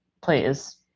please